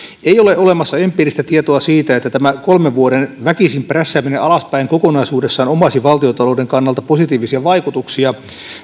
ei ole olemassa empiiristä tietoa siitä että tämä kolmen vuoden väkisin prässääminen alaspäin kokonaisuudessaan omaisi valtiontalouden kannalta positiivisia vaikutuksia